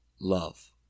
love